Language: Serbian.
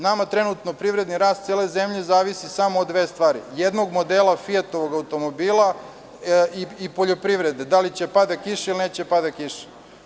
Nama trenutno privredni rast cele zemlje zavisi samo od dve stvari- jednog modela „Fijatovog“ automobila i poljoprivrede, da li će da pada kiša ili neće da pada kiša.